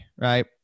right